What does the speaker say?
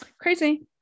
Crazy